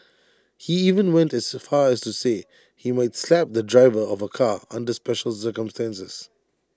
he even went as far as to say he might slap the driver of A car under special circumstances